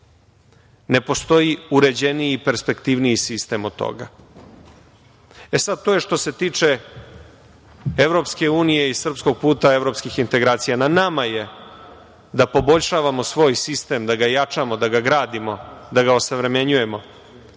ne postoji uređeniji i perspektivniji sistem od toga. To je što se tiče EU i srpskog puta evropskih integracija. Na nama je da poboljšavamo svoj sistem, da ga jačamo, da ga gradimo, da ga osavremenjujemo,